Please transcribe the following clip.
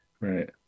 Right